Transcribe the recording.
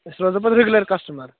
أسۍ روزو پتہٕ رُگلر کسٹٕمر